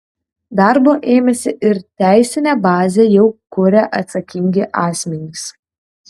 darbo ėmėsi ir teisinę bazę jau kuria atsakingi asmenys